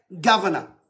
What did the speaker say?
governor